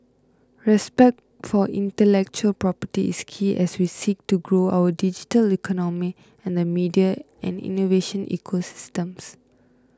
respect for intellectual property is key as we seek to grow our digital economy and the media and innovation ecosystems